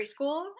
preschool